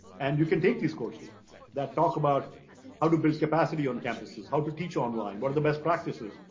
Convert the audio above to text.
and you can take these courses that talk about how to build capacity on campuses, how to teach online, what are the best practices?